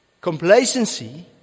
Complacency